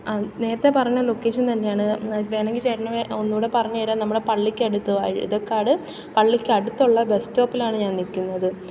നേരത്തെ പറഞ്ഞ ലൊക്കേഷൻ തന്നെയാണ് വേണമെങ്കിൽ ചേട്ടൻ ഒന്നു കൂടി പറഞ്ഞു തരാം നമ്മുടെ പള്ളിക്കടുത്ത് വഴുതക്കാട് പള്ളിക്കടുത്തുള്ള ബസ് സ്റ്റോപ്പിലാണ് ഞാൻ നിൽക്കുന്നത്